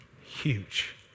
huge